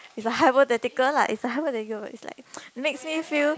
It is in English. it's a hypothetical lah it's a hypothetical but it's like makes me feel